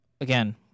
Again